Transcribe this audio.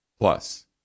Plus